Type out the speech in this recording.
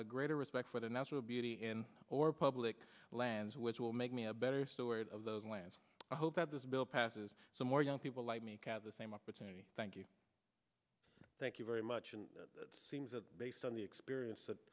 a greater respect for the natural beauty in or public lands which will make me a better steward of those lands i hope that this bill passes so more young people like me have the same opportunity thank you thank you very much and it seems that based on the experience that